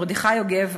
מרדכי יוגב,